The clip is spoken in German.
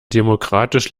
demokratisch